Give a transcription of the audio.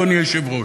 אדוני היושב-ראש,